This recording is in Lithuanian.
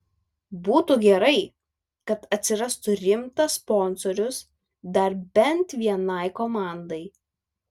būtų gerai kad atsirastų rimtas sponsorius dar bent vienai komandai